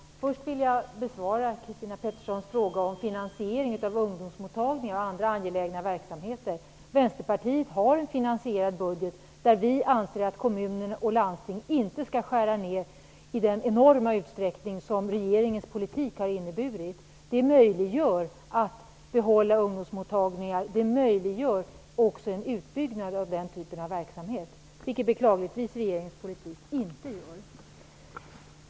Fru talman! Först vill jag besvara Christina Petterssons fråga om finansieringen av ungdomsmottagningarna och andra angelägna verksamheter. Vi i Vänsterpartiet har en finansierad budget, och vi anser att kommuner och landsting inte skall skära ner i den enorma utsträckning som regeringens politik har inneburit. Det gör det möjligt att behålla ungdomsmottagningar och det möjliggör också en utbyggnad av den typen av verksamhet, vilket regeringens politik beklagligtvis inte gör.